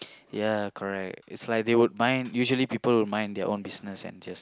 ya correct it's like they'd mind usually people will mind their own business and just